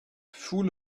full